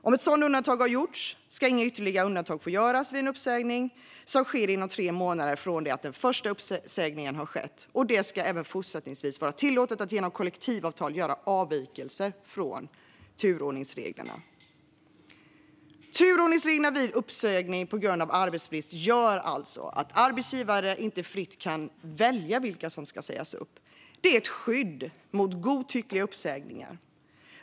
Om ett sådant undantag har gjorts ska inga ytterligare undantag få göras vid en uppsägning som sker inom tre månader från det att den första uppsägningen skett. Det ska även fortsättningsvis vara tillåtet att genom kollektivavtal göra avvikelser från turordningsreglerna. Turordningsreglerna vid uppsägning på grund av arbetsbrist gör alltså att arbetsgivare inte fritt kan välja vilka som ska sägas upp. Det är ett skydd mot godtyckliga uppsägningar.